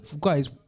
guys